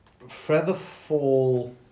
Featherfall